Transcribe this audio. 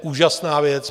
Úžasná věc.